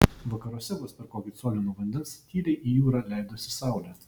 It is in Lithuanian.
vakaruose vos per kokį colį nuo vandens tyliai į jūrą leidosi saulė